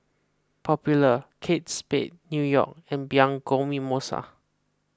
Popular Kate Spade New York and Bianco Mimosa